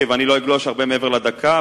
ואני לא אגלוש הרבה מעבר לדקה,